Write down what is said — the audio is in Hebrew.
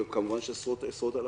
אבל מדובר כמובן על עשרות אלפים.